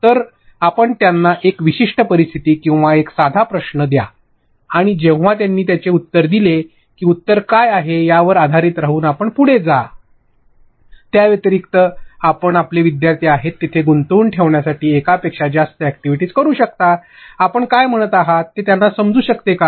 तर आपण त्यांना एक विशिष्ट परिस्थिती किंवा एक साधा प्रश्न द्या आणि जेव्हा त्यांनी त्याचे उत्तर दिले की उत्तर काय आहे यावर आधारित राहून आपण पुढे जा त्या व्यतिरिक्त आपण आपले विद्यार्थी आहेत तिथे गुंतवून ठेवण्यासाठी एका पेक्षा जास्त अॅक्टीव्हिटीस करू शकता आपण काय म्हणत आहात हे त्यांना समजू शकते का